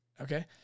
okay